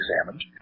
examined